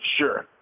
sure